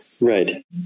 Right